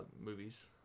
movies